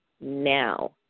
now